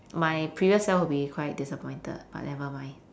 my previous self would be quite disappointed but never mind